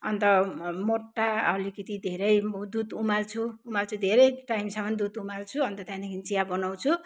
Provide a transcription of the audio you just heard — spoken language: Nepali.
अन्त मोटा अलिकिति धेरै दुध उमाल्छु उमाल्छु धेरै टाइमसम्म दुध उमाल्छु अन्त त्यहाँदेखि चिया बनाउँछु